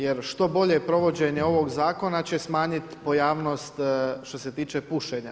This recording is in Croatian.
Jer što bolje provođenje ovog zakona će smanjit pojavnost što se tiče pušenja.